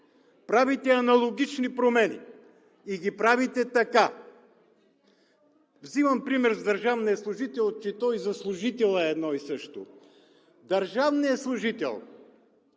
Правите аналогични промени и ги правите така. Взимам пример с държавния служител, че то и за служителя е едно и също. Държавният служител